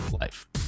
life